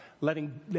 letting